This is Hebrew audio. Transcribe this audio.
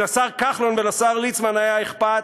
אם לשר כחלון ולשר ליצמן היה אכפת,